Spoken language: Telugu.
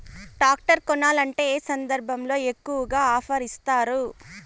టాక్టర్ కొనాలంటే ఏ సందర్భంలో ఎక్కువగా ఆఫర్ ఇస్తారు?